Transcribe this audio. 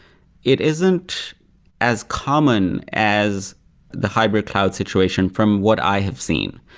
it isn't as common as the hybrid cloud situation from what i have seen.